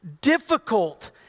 difficult